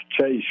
chase